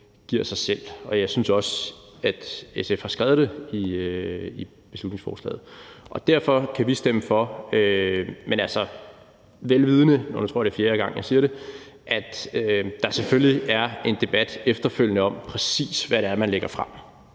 giver sig selv, og jeg synes også, at SF har skrevet det i beslutningsforslaget. Derfor kan vi stemme for forslaget, men altså vel vidende at – nu tror jeg, det er fjerde gang, jeg siger det – der selvfølgelig er en debat efterfølgende om, præcis hvad det er, man lægger frem.